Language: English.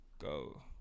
go